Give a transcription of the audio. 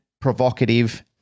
provocative